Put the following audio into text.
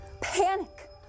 panic